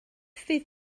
fydd